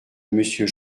monsieur